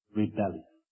rebellion